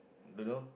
don't know